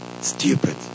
Stupid